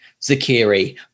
Zakiri